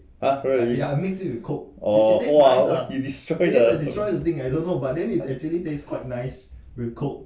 !huh! really oh oh you destroy the